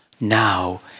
now